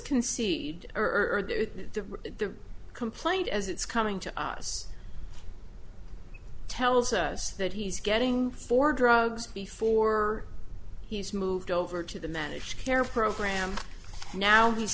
concede or the complaint as it's coming to us tells us that he's getting for drugs before he's moved over to the managed care program now he's